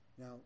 Now